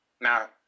Now